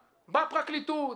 בפרקליטות,